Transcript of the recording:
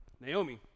Naomi